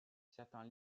certains